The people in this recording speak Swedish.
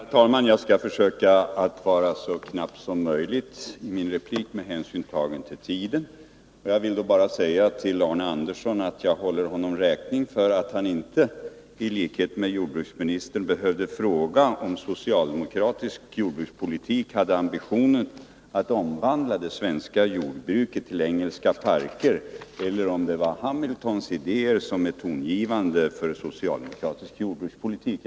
Herr talman! Jag skall försöka vara så kortfattad som möjligt i min replik med hänsyn till tiden. Jag vill bara säga till Arne Andersson i Ljung att jag håller honom räkning för att han inte, som jordbruksministern, behövde fråga om socialdemokratisk jordbrukspolitik har ambitionen att omvandla det svenska jordbruket till engelska parker eller om det är Hamiltons idéer som är tongivande för socialdemokratisk jordbrukspolitik.